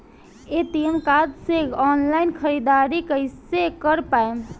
ATM card से online ख़रीदारी कइसे कर पाएम?